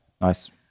Nice